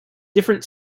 different